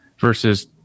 versus